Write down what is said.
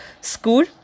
school